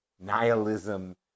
nihilism